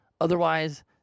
Otherwise